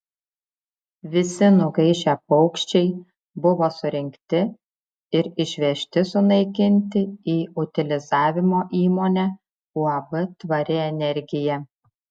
visi nugaišę paukščiai buvo surinkti ir išvežti sunaikinti į utilizavimo įmonę uab tvari energija